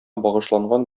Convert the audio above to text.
багышланган